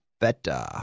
better